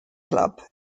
club